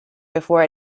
before